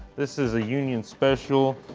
this is a union special.